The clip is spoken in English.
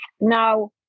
Now